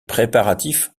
préparatifs